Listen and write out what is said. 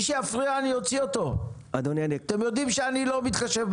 אני כאן מכניס עוד סעיף, את ה-53.